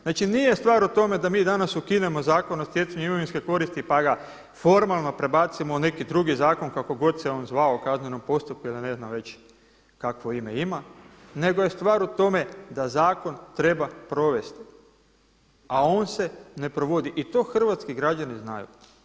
Znači nije stvar u tome da mi danas ukinemo Zakon o stjecanju imovinske koristi pa ga formalno prebacimo u neki drugi zakon kako god se on zvao o kaznenom postupku ili ne znam već kakvo ime ima nego je stvar u tome da zakon treba provesti a on se ne provodi i to hrvatski građani znaju.